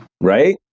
Right